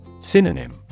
Synonym